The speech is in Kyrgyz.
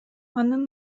анын